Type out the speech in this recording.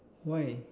why